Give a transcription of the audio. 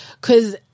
cause